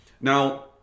Now